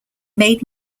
made